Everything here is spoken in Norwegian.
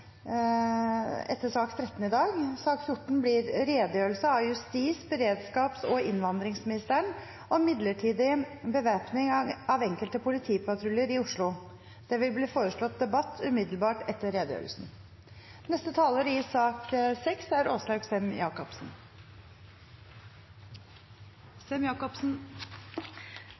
etter sak nr. 13 i dag. Sak nr. 14 blir redegjørelse av justis-, beredskaps- og innvandringsministeren om midlertidig bevæpning av enkelte politipatruljer i Oslo. Det vil bli foreslått debatt umiddelbart etter redegjørelsen. Jeg vil som andre starte med i